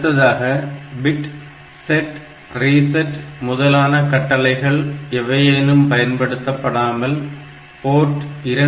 அடுத்ததாக bit set reset முதலான கட்டளைகள் எவையேனும் பயன்படுத்தப்படாமல் போர்ட் 2